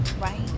Right